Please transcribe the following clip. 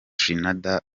trinidad